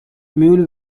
mule